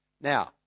Now